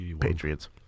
Patriots